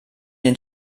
den